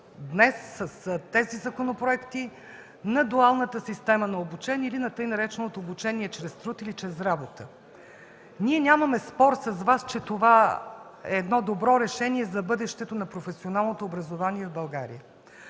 на тези законопроекти дуалната система на обучение или така нареченото обучение „чрез труд или чрез работа”. Ние нямаме спор с Вас, че това е добро решение за бъдещето на професионалното образование в България.